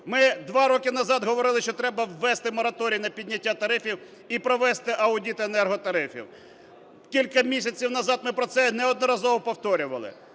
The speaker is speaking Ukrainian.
Ми два роки назад говорили, що треба ввести мораторій на підняття тарифів і провести аудит енерготарифів. Кілька місяців назад ми про це неодноразово повторювали.